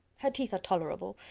her teeth are tolerable,